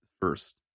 first